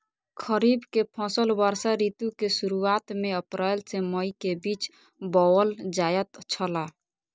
खरीफ के फसल वर्षा ऋतु के शुरुआत में अप्रैल से मई के बीच बौअल जायत छला